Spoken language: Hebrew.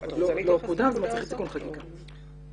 זה מצריך תיקון חקיקה.